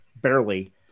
barely